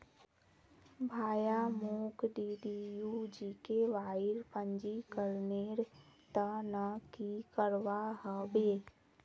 भाया, मोक डीडीयू जीकेवाईर पंजीकरनेर त न की करवा ह बे